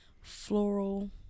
floral